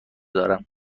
دارم